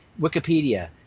Wikipedia